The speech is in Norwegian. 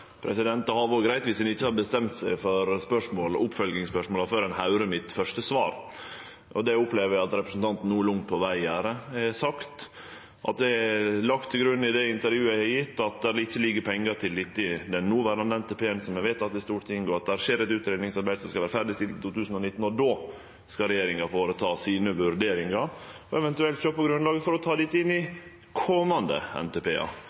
Det hadde vore greitt om ein ikkje hadde bestemt seg for oppfølgingsspørsmåla før ein høyrde mitt første svar, som eg opplever at representanten no langt på veg gjer. Eg har sagt og lagt til grunn i det intervjuet eg har gjeve, at det ikkje ligg pengar til dette i den noverande NTP-en, som er vedteken i Stortinget, og at det skjer eit utgreiingsarbeid som skal vere ferdigstilt i 2019. Då skal regjeringa gjere sine vurderingar og eventuelt sjå på grunnlaget for å ta dette inn